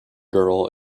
girl